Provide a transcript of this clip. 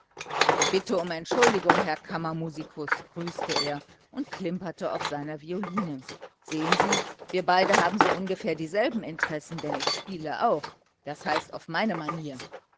ich bitte um entschuldigung herr kammermusikus grüßte er und klimperte auf seiner violine sehen sie wir beide haben so ungefähr dieselben interessen denn ich spiele auch das heißt auf meine manier